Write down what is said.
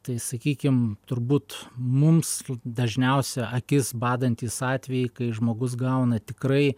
tai sakykim turbūt mums dažniausi akis badantys atvejai kai žmogus gauna tikrai